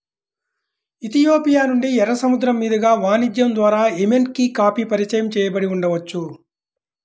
Ethiopia నుండి, ఎర్ర సముద్రం మీదుగా వాణిజ్యం ద్వారా ఎమెన్కి కాఫీ పరిచయం చేయబడి ఉండవచ్చు